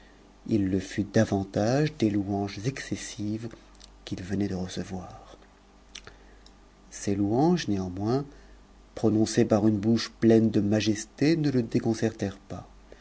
il le fut davantage des louanges excessives qu'il venait de recevoir ces louanges néanmoins prononcées pnr une bouche pleine de it'tc ne le déconcertèrent pas